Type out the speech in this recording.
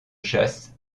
chasse